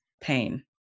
pain